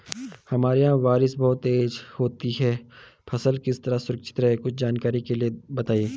हमारे यहाँ बारिश बहुत होती है फसल किस तरह सुरक्षित रहे कुछ जानकारी के लिए बताएँ?